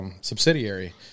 subsidiary